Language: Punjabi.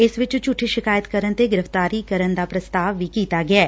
ਇਸ ਵਿਚ ਝੁਠੀ ਸ਼ਿਕਾਇਤ ਕਰਨ ਤੇ ਗ੍ਰਿਫ਼ਤਾਰੀ ਦਾ ਪ੍ਸਤਾਵ ਵੀ ਕੀਤਾ ਗਿਐ